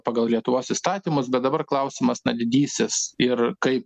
pagal lietuvos įstatymus bet dabar klausimas didysis ir kai